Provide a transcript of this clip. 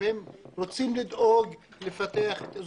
יכול היה ללכת יותר,